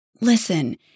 Listen